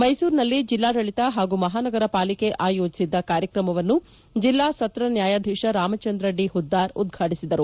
ಮೈಸೂರಿನಲ್ಲಿ ಜಿಲ್ಲಾಡಳಿತ ಹಾಗೂ ಮಹಾನಗರ ಪಾಲಿಕೆ ಆಯೋಜಿಸಿದ್ದ ಕಾರ್ಯಕ್ರಮವನ್ನು ಜಿಲ್ಲಾ ಸತ್ರ ನ್ಯಾಯಾಧೀಶ ರಾಮಚಂದ್ರ ಡಿ ಹುದ್ದಾರ್ ಉದ್ವಾಟಿಸಿದರು